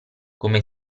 come